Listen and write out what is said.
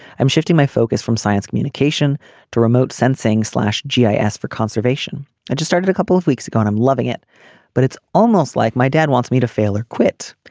i'm shifting my focus from science communication to remote sensing slash g i ask for conservation and just started a couple of weeks ago and i'm loving it but it's almost like my dad wants me to fail or quit.